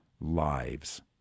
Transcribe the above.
lives